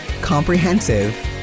comprehensive